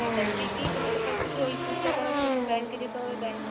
ব্যাঙ্কে গিয়েই তোমাকে সবকিছু ওই সুদটা করার জন্য ব্যাঙ্কে যেতে হবে ব্যাঙ্ক